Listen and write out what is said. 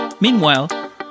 Meanwhile